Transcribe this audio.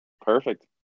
perfect